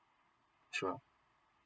sure